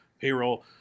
payroll